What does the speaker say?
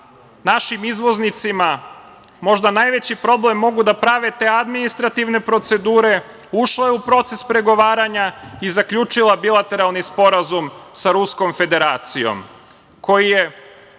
našim izvoznicima možda najveći problem mogu da prave te administrativne procedure. Ušla je u proces pregovaranja i zaključila bilateralni sporazum sa Ruskom Federacijom koji je